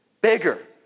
Bigger